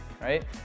right